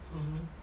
mmhmm